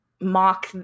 mock